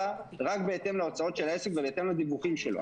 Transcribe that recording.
רק בהתאם להוצאות של העסק ובהתאם לדיווחים שלו.